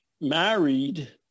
married